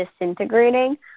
disintegrating